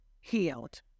healed